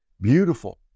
Beautiful